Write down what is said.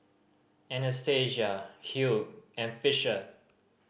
Anastacia Hugh and Fisher